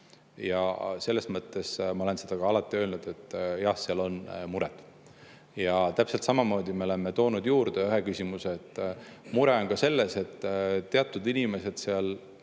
Ja selles mõttes ma olen seda ka alati öelnud, et jah, seal on mured. Ja täpselt samamoodi me oleme toonud juurde ühe küsimuse, et mure on ka selles, et teatud inimesed seal